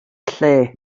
lle